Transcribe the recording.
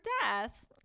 death